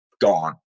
gone